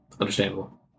Understandable